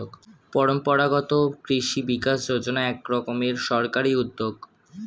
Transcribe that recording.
পরম্পরাগত কৃষি বিকাশ যোজনা এক রকমের সরকারি উদ্যোগ